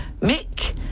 Mick